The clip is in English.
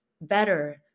better